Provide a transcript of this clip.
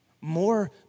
More